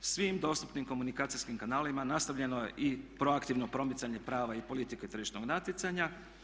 Svim dostupnim komunikacijskim kanalima nastavljeno je i proaktivno promicanje prava i politike tržišnog natjecanja.